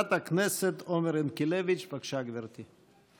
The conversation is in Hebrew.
חברת הכנסת עומר ינקלביץ', בבקשה, גברתי.